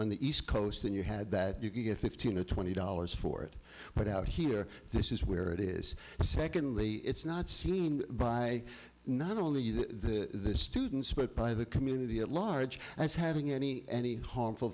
on the east coast and you had that you could get fifteen or twenty dollars for it but out here this is where it is and secondly it's not seen by not only the students but by the community at large and it's having any any harmful